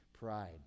pride